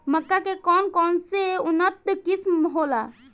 मक्का के कौन कौनसे उन्नत किस्म होला?